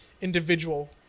individual